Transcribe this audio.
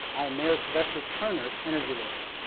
i am mayor sylvester turner's energy lawyer.